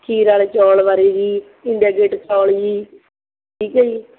ਖੀਰ ਵਾਲੇ ਚੌਲ ਬਾਰੇ ਜੀ ਇੰਡੀਆ ਗੇਟ ਚੌਲ ਜੀ ਠੀਕ ਹੈ ਜੀ